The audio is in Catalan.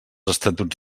estatuts